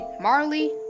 Marley